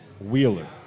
Wheeler